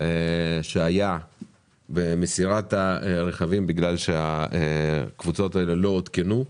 שהיה במסירת הרכבים בגלל שהקבוצות האלה לא עודכנו.